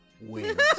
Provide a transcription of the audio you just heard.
wins